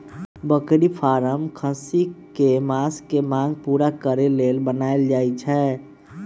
बकरी फारम खस्सी कें मास के मांग पुरा करे लेल बनाएल जाय छै